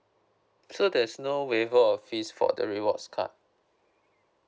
so there's no waiver of fees for the rewards card